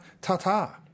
ta-ta